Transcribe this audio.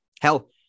Hell